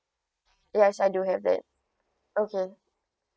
yes I do have that okay